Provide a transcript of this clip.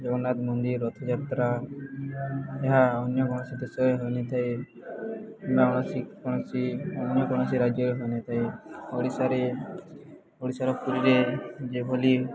ଜଗନ୍ନାଥ ମନ୍ଦିର ରଥଯାତ୍ରା ଏହା ଅନ୍ୟ କୌଣସି ଦେଶରେ ହୋଇନଥାଏ କିମ୍ବା କୌଣସି ଅନ୍ୟ କୌଣସି ରାଜ୍ୟରେ ହୋଇନଥାଏ ଓଡ଼ିଶାରେ ଓଡ଼ିଶାର ପୁରୀରେ ଯେଭଳି